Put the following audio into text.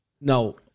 No